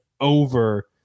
over